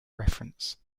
reference